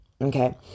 okay